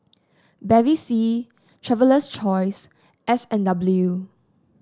Bevy C Traveler's Choice S andW